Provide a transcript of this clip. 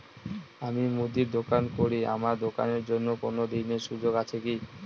আমি মুদির দোকান করি আমার দোকানের জন্য কোন ঋণের সুযোগ আছে কি?